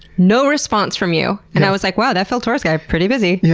no response from you. and, i was like, wow, that phil torres guy, pretty busy. yeah